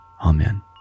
amen